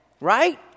Right